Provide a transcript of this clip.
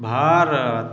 Bharat